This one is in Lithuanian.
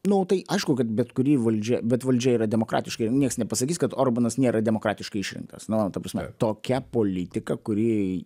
nu tai aišku kad bet kuri valdžia bet valdžia yra demokratiška ir nieks nepasakys kad orbanas nėra demokratiškai išrinktas nu ta prasme tokia politika kuri